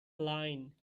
line